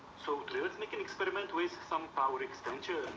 so, today let's make an experiment with some power extensions.